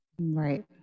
right